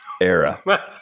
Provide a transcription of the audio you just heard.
era